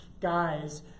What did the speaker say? guys